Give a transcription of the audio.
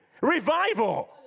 revival